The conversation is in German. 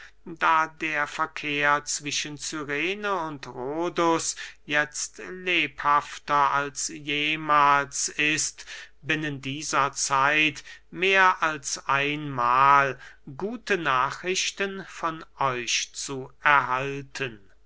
da der verkehr zwischen cyrene und rhodus jetzt lebhafter als jemahls ist binnen dieser zeit mehr als einmahl gute nachrichten von euch zu erhalten